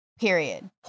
period